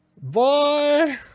Bye